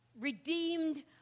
redeemed